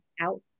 out